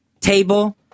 table